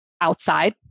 Outside